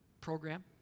program